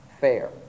fair